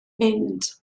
mynd